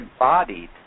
embodied